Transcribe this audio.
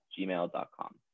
gmail.com